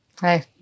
Hey